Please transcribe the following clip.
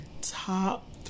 top